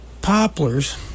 poplars